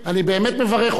אני באמת מברך אותך,